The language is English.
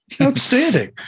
Outstanding